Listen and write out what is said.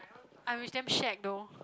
I wish damn shag though